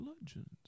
Legends